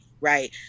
right